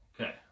Okay